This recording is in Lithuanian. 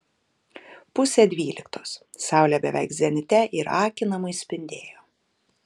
pusė dvyliktos saulė beveik zenite ir akinamai spindėjo